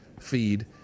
feed